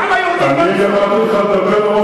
אני נתתי לך לדבר,